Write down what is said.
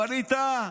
ווליד טאהא?